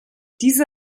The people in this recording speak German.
diese